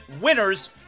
winners